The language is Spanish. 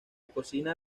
cocina